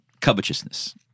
covetousness